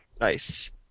Nice